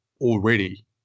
already